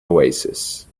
oasis